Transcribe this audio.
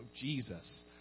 Jesus